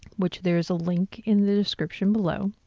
which there's a link in the description below.